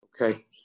Okay